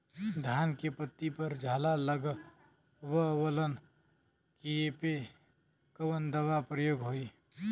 धान के पत्ती पर झाला लगववलन कियेपे कवन दवा प्रयोग होई?